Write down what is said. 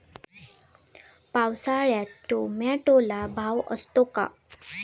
पावसाळ्यात टोमॅटोला भाव असतो का?